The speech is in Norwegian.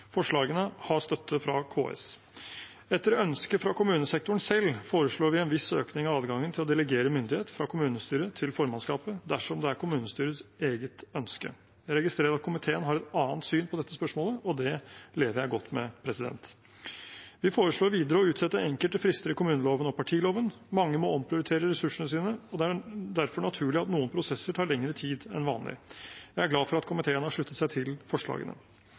Forslagene har støtte fra KS. Etter ønske fra kommunesektoren selv foreslår vi en viss økning i adgangen til å delegere myndighet fra kommunestyret til formannskapet, dersom det er kommunestyrets eget ønske. Jeg registrerer at komiteen har et annet syn på dette spørsmålet, og det lever jeg godt med. Vi foreslår videre å utsette enkelte frister i kommuneloven og partiloven. Mange må omprioritere ressursene sine, og det er derfor naturlig at noen prosesser tar lengre tid enn vanlig. Jeg er glad for at komiteen har sluttet seg til forslagene.